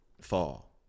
fall